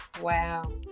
wow